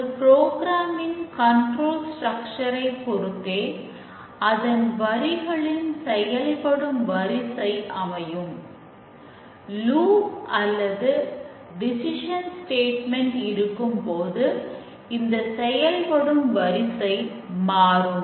ஒரு புரோகிராம் இருக்கும்போது இந்த செயல்படும் வரிசை மாறும்